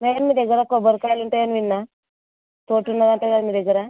madam మీ దగ్గర కొబ్బరికాయలు ఉంటాయి అని విన్నాను తోట ఉన్నదంట కదా మీ దగ్గర